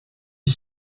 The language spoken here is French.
est